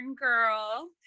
girl